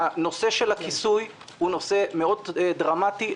נושא הכיסוי הוא נושא דרמטי מאוד,